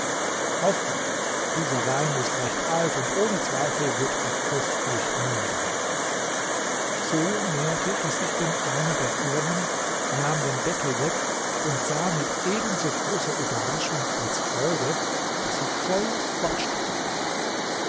auch gut dieser wein ist recht alt und ohne zweifel wird er köstlich munden so näherte er sich denn einer der urnen nahm den deckel weg und sah mit ebenso großer überraschung als freude daß sie voll goldstücke war